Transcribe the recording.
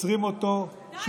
עוצרים אותו, די, די, די.